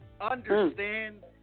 Understand